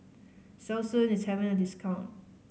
Selsun is having a discount